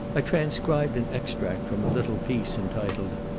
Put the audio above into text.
i transcribed an extract from a little piece, entitled,